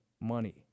money